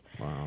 Wow